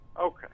Okay